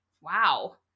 wow